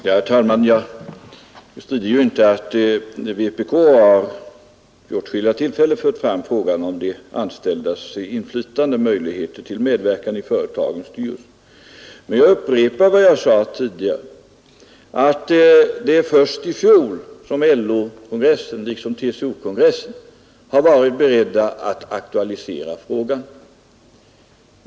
Herr talman! Jag bestrider inte att vpk vid åtskilliga tillfällen fört fram frågan om de anställdas inflytande och möjligheter till medverkan i företagen. Men jag upprepar vad jag sade tidigare, att det var först i fjol som LO-kongressen, liksom TCO-kongressen, var beredd att aktualisera frågan.